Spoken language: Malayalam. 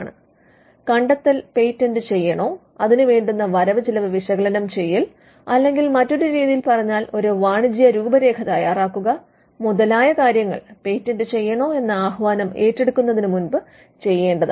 അതായത് കണ്ടെത്തൽ പേറ്റന്റ് ചെയ്യണോ അതിന് വേണ്ടുന്ന വരവ് ചിലവ് വിശകലനം ചെയ്യൽ അല്ലെങ്കിൽ മറ്റൊരു രീതിയിൽ പറഞ്ഞാൽ ഒരു വാണിജ്യ രൂപരേഖ തയാറാക്കുക മുതലായ കാര്യങ്ങൾ പേറ്റന്റ് ചെയ്യണോ എന്ന ആഹ്വാനം ഏറ്റെടുക്കുന്നതിന് മുൻപ് ചെയ്യണ്ടതാണ്